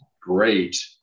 great